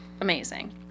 amazing